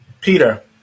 Peter